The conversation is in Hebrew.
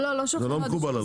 לא שולחים לעוד אישור.